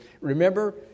Remember